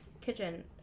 kitchen